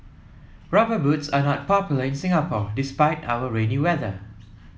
rubber boots are not popular in Singapore despite our rainy weather